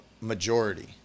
majority